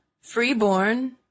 freeborn